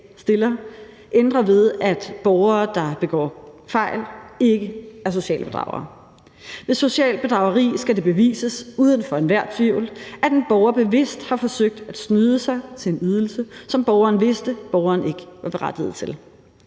ændrer ved, at borgere, der begår fejl, ikke er sociale bedragere. Ved socialt bedrageri skal det bevises uden for enhver tvivl, at en borger bevidst har forsøgt at snyde sig til en ydelse, som borgeren vidste borgeren ikke var berettiget til.